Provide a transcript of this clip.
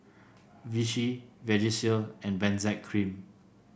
Vichy Vagisil and Benzac Cream